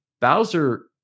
Bowser